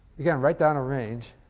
yeah write down a range.